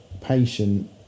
patient